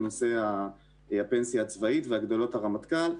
בנושא הפנסיה הצבאית והגדלות הרמטכ"ל,